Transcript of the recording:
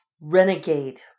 renegade